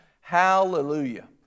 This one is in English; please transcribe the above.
hallelujah